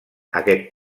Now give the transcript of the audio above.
aquest